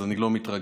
אז אני לא מתרגש.